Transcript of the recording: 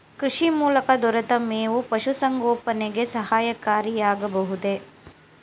ಕೃಷಿ ಮೂಲಕ ದೊರೆತ ಮೇವು ಪಶುಸಂಗೋಪನೆಗೆ ಸಹಕಾರಿಯಾಗಬಹುದೇ?